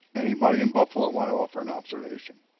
anybody in buffalo want to offer an observation?